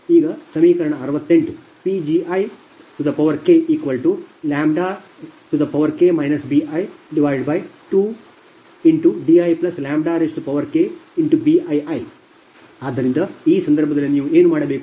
ಈಗ ಸಮೀಕರಣ 68 PgiKK bi2diKBii ಆದ್ದರಿಂದ ಈ ಸಂದರ್ಭದಲ್ಲಿ ನೀವು ಏನು ಮಾಡಬೇಕು